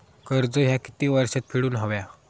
कर्ज ह्या किती वर्षात फेडून हव्या?